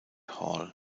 hall